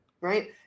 right